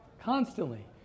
Constantly